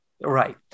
right